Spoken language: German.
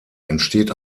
entsteht